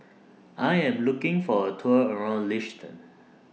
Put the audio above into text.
I Am looking For A Tour around Liechtenstein